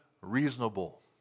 reasonable